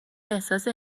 احساس